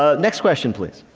ah next question, please.